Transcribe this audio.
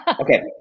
Okay